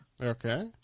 Okay